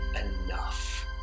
enough